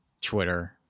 Twitter